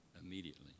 immediately